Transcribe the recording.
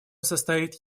состоит